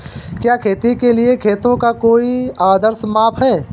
क्या खेती के लिए खेतों का कोई आदर्श माप है?